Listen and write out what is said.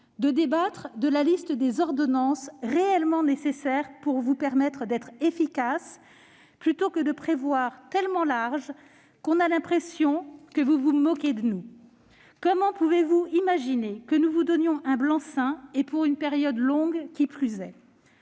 de débattre de la liste des ordonnances réellement nécessaires pour vous permettre d'être efficaces, plutôt que de la prévoir tellement large que l'on a l'impression que vous vous moquez de nous ? Comment pouvez-vous imaginer que nous vous donnions un blanc-seing, qui plus est pour une longue période ?